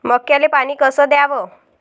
मक्याले पानी कस द्याव?